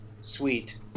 sweet